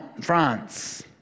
France